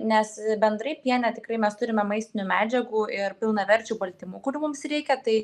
nes bendrai piene tikrai mes turime maistinių medžiagų ir pilnaverčių baltymų kurių mums reikia tai